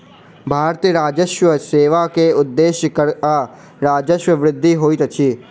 भारतीय राजस्व सेवा के उदेश्य कर आ राजस्वक वृद्धि होइत अछि